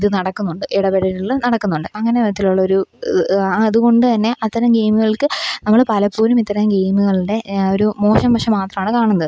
ഇതു നടക്കുന്നുണ്ട് ഇടപെടലുകൾ നടക്കുന്നുണ്ട് അങ്ങനെ വിധത്തിലൊള്ളൊരു അതുകൊണ്ടു തന്നെ അത്തരം ഗെയിമുകൾക്ക് നമ്മൾ പലപ്പോഴും ഇത്തരം ഗെയിമുകളുടെ ഒരു മോശം വശം മാത്രമാണ് കാണുന്നത്